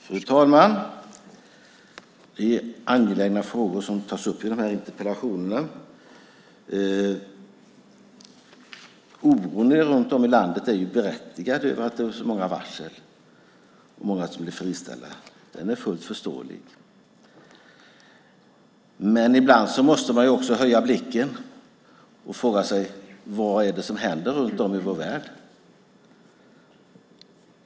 Fru talman! Det är angelägna frågor som tas upp i de här interpellationerna. Oron runt om i landet över att det är så många varsel och att många blir friställda är berättigad och fullt förståelig. Men ibland måste man också höja blicken och fråga sig: Vad är det som händer runt om i vår värld?